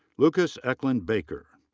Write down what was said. lucas ecklund-baker.